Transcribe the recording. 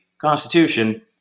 Constitution